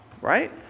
right